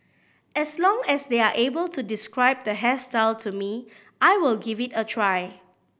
as long as they are able to describe the hairstyle to me I will give it a try